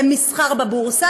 למסחר בבורסה.